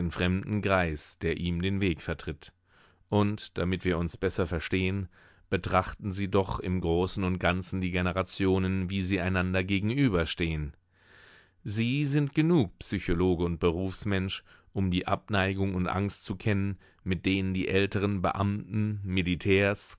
fremden greis der ihm den weg vertritt und damit wir uns besser verstehen betrachten sie doch im großen und ganzen die generationen wie sie einander gegenüberstehn sie sind genug psychologe und berufsmensch um die abneigung und angst zu kennen mit denen die älteren beamten militärs